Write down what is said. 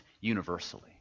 universally